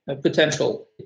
potential